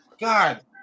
God